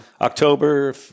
October